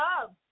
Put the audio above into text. love